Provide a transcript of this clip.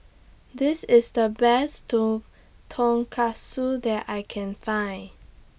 This IS The Best Tonkatsu that I Can Find